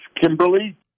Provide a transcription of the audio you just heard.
Kimberly